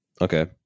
Okay